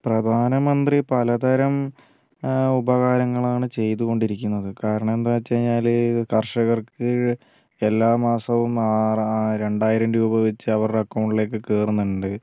പ്രധാനമന്ത്രി പലതരം ഉപകാരങ്ങളാണ് ചെയ്തുകൊണ്ടിരിക്കുന്നത് കാരണം എന്താണെന്നു വച്ചുകഴിഞ്ഞാൽ കർഷകർക്ക് എല്ലാ മാസവും രണ്ടായിരം രൂപ വച്ച് അവരുടെ അക്കൗണ്ടിലേയ്ക്ക് കയറുന്നുണ്ട്